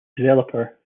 developer